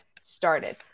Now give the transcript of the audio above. started